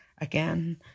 again